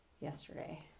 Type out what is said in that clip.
yesterday